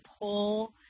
pull